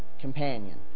Companion